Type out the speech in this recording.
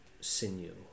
sinew